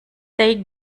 they